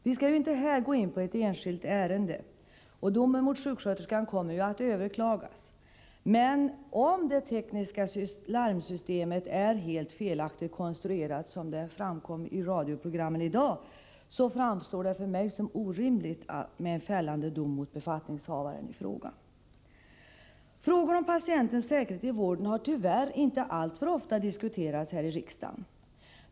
Vi skall inte här gå in på ett enskilt ärende — domen mot sjuksköterskan kommer ju också att överklagas. Men om det tekniska larmsystemet är uppenbart felaktigt konstruerat — vilket framgår av radioprogrammen i dag— framstår en fällande dom mot befattningshavaren i fråga som helt orimlig för mig. Frågor om patientens säkerhet i vården har tyvärr inte alltför ofta diskuterats här i riksdagen.